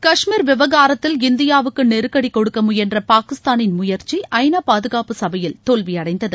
கஷ்மீர் விவகாரத்தில் இந்தியாவுக்கு நெருக்கடி கொடுக்க முயன்ற பாகிஸ்தானின் நடவடிக்கை ஐநா பாதுகாப்பு சபையில் தோல்வியடைந்தது